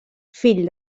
fill